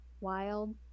wild